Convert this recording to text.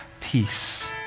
peace